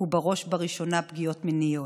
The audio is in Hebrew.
ובראש וראשונה פגיעות מיניות.